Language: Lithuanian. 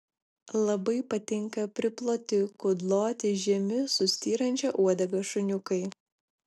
labai patinka priploti kudloti žemi su styrančia uodega šuniukai